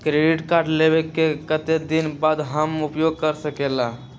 Credit card लेबे के कतेक दिन बाद हम उपयोग कर सकेला?